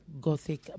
gothic